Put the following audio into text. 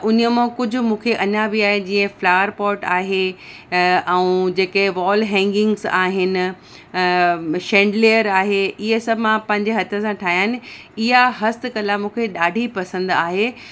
उन्हीअ मां कुझु अञा बि आहे जीअं फ़्लार पॉर्ट आहे ऐं जेके वॉल हैंगिंग्स आहिनि शैंडिलियर आहे इहे सभु मां पंहिंजे हथ सां ठाहिया आहिनि इहा हस्तकला मूंखे ॾाढी पसंदि आहे